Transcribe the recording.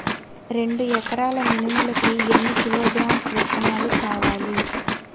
రెండు ఎకరాల మినుములు కి ఎన్ని కిలోగ్రామ్స్ విత్తనాలు కావలి?